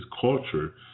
culture